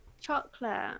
chocolate